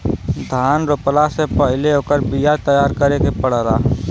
धान रोपला से पहिले ओकर बिया तैयार करे के पड़ेला